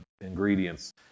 ingredients